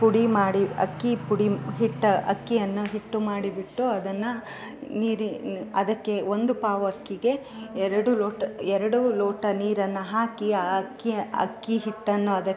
ಪುಡಿ ಮಾಡಿ ಅಕ್ಕಿ ಪುಡಿ ಹಿಟ್ಟು ಅಕ್ಕಿಯನ್ನು ಹಿಟ್ಟು ಮಾಡಿ ಬಿಟ್ಟು ಅದನ್ನು ನೀರು ಅದಕ್ಕೆ ಒಂದು ಪಾವು ಅಕ್ಕಿಗೆ ಎರಡು ಲೋಟ ಎರಡು ಲೋಟ ನೀರನ್ನು ಹಾಕಿ ಆ ಅಕ್ಕಿ ಅಕ್ಕಿ ಹಿಟ್ಟನ್ನು ಅದ